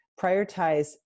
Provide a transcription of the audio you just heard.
prioritize